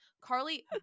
Carly